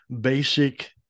basic